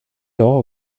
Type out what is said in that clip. jag